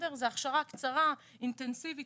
זאת הכשרה קצרה, אינטנסיבית.